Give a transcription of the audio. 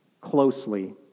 closely